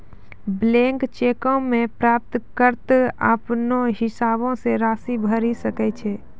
blank चेको मे प्राप्तकर्ता अपनो हिसाबो से राशि भरि सकै छै